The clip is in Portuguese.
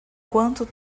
quanto